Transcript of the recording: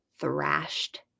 thrashed